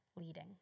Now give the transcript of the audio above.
leading